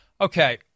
Okay